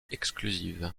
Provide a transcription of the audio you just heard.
exclusive